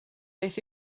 beth